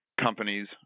companies